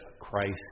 Christ